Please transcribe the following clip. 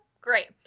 Great